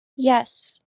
yes